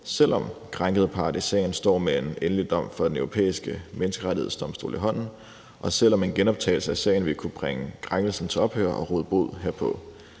den krænkede part i sagen står med en endelig dom fra Den Europæiske Menneskerettighedsdomstol i hånden, og selv om en genoptagelse af sagen ville kunne bringe krænkelsen til ophør og råde bod herpå.